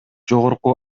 жогорку